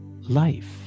life